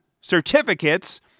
certificates